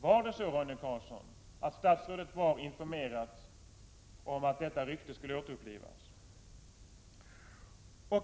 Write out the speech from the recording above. Var statsrådet informerad om att detta rykte skulle återupplivas?